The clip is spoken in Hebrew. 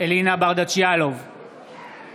אלינה ברדץ' יאלוב,